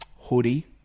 Hoodie